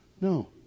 no